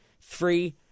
Three